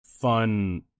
fun